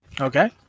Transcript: Okay